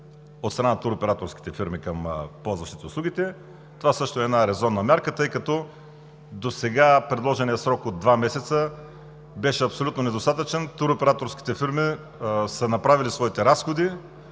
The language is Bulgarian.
от страна на туроператорските фирми към ползващите услугите. Това също е една резонна мярка, тъй като досега предложеният срок от два месеца беше абсолютно недостатъчен. Туроператорските фирми са направили своите разходи